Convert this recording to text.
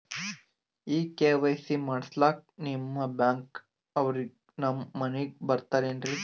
ಈ ಕೆ.ವೈ.ಸಿ ಮಾಡಸಕ್ಕ ನಿಮ ಬ್ಯಾಂಕ ಅವ್ರು ನಮ್ ಮನಿಗ ಬರತಾರೆನ್ರಿ?